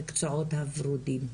"המקצועות הוורודים",